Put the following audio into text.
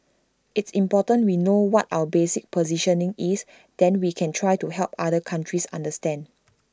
it's important we know what our basic positioning is then we can try to help other countries understand